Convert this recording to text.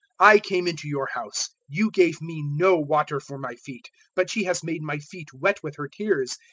i came into your house you gave me no water for my feet but she has made my feet wet with her tears,